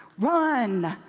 run,